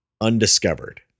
undiscovered